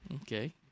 Okay